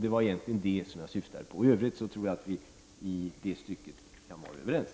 Det var egentligen det jag syftade på. I övrigt tror jag att vi i det stycket kan vara överens.